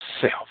Self